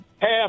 Half